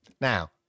Now